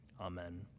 Amen